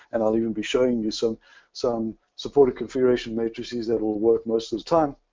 and i'll even be showing you some some supportive configurations matrices that will work most of the time,